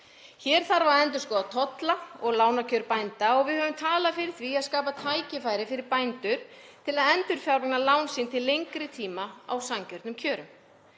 Hér þarf að endurskoða tolla og lánakjör bænda og við höfum talað fyrir því að skapa tækifæri fyrir bændur til að endurfjármagna lán sín til lengri tíma á sanngjörnum kjörum.